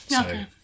Okay